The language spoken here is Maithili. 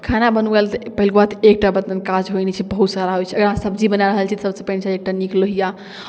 खाना बनबै लेल तऽ पहिल बात एकटा बर्तनके काज होइ नहि छै बहुत सारा होइ छै अगर अहाँ सब्जी बना रहल छी तऽ सभसँ पहिने छै एकटा नीक लोहिआ